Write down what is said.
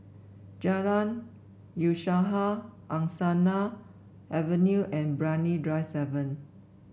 Jalan Usaha Angsana Avenue and Brani Drive seven